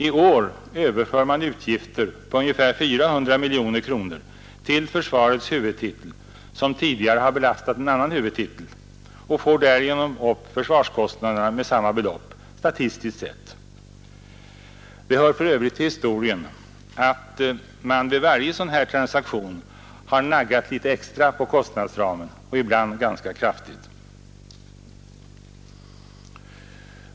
I år överför man till försvarets huvudtitel utgifter på ungefär 400 miljoner kronor, som tidigare har belastat en annan huvudtitel och ökar därigenom försvarskostnaderna med samma belopp, statistiskt sett. Det hör för övrigt till historien att man vid varje sådan här transaktion har naggat extra på kostnadsramen, ibland rätt kraftigt.